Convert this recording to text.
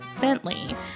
Bentley